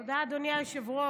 תודה, תודה.